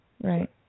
Right